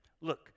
look